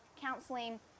counseling